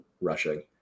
rushing